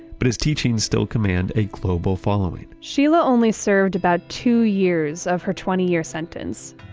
but his teachings still command a global following sheela only served about two years of her twenty year sentence.